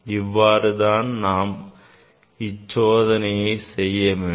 இவ்வாறு தான் நாம் இச்சோதனையை செய்ய வேண்டும்